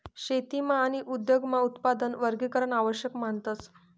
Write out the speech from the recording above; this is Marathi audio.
शेतीमा आणि उद्योगमा उत्पादन वर्गीकरण आवश्यक मानतस